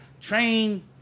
Train